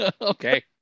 Okay